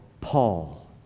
Paul